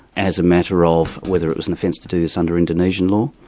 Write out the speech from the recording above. as a matter of whether it was an offence to do this under indonesian law,